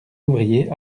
ouvriers